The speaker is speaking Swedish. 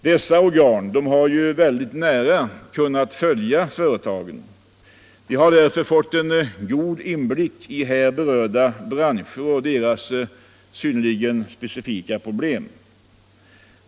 Dessa organ har nära kunnat följa företagen. De har därför fått en god inblick i här berörda branscher och deras speciella problem.